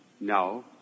No